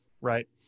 right